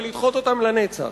ולדחות אותן לנצח.